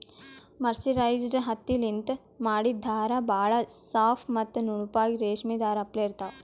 mercerised ಹತ್ತಿಲಿಂತ್ ಮಾಡಿದ್ದ್ ಧಾರಾ ಭಾಳ್ ಸಾಫ್ ಅಥವಾ ನುಣುಪಾಗಿ ರೇಶ್ಮಿ ಧಾರಾ ಅಪ್ಲೆ ಇರ್ತಾವ್